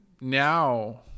now